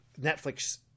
Netflix